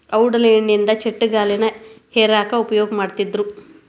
ಔಡಲ ಎಣ್ಣಿಯಿಂದ ಚಕ್ಕಡಿಗಾಲಿನ ಹೇರ್ಯಾಕ್ ಉಪಯೋಗ ಮಾಡತ್ತಿದ್ರು